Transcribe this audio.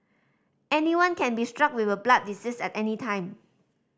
anyone can be struck with a blood disease at any time